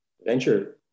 venture